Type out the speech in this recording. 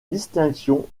distinction